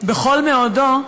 בכל מאודו.